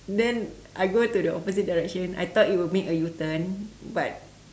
then I go to the opposite direction I thought it would make a U turn but